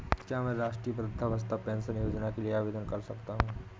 क्या मैं राष्ट्रीय वृद्धावस्था पेंशन योजना के लिए आवेदन कर सकता हूँ?